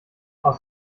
aus